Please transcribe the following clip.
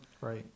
right